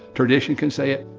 tradition can say it.